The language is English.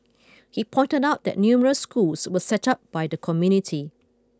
he pointed out that numerous schools were set up by the community